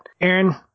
Aaron